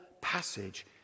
passage